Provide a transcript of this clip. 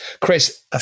Chris